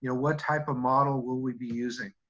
you know what type of model will we be using?